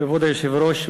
כבוד היושב-ראש,